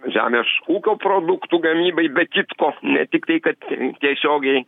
žemės ūkio produktų gamybai be kitko ne tiktai kad tiesiogiai